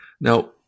Now